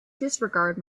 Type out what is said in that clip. disregard